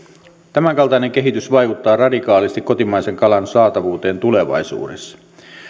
tämänkaltainen kehitys vaikuttaa radikaalisti kotimaisen kalan saatavuuteen tulevaisuudessa